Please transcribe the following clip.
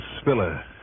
Spiller